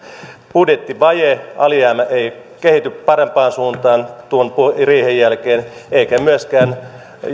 budjettivaje alijäämä ei kehity parempaan suuntaan tuon riihen jälkeen eikä myöskään